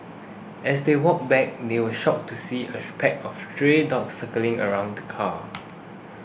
as they walked back they were shocked to see a pack of stray dogs circling around the car